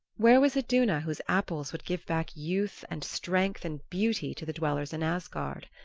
where was iduna whose apples would give back youth and strength and beauty to the dwellers in asgard?